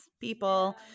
people